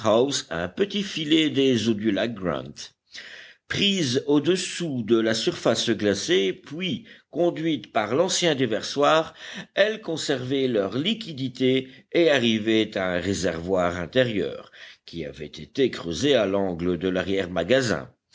un petit filet des eaux du lac grant prises au-dessous de la surface glacée puis conduites par l'ancien déversoir elles conservaient leur liquidité et arrivaient à un réservoir intérieur qui avait été creusé à l'angle de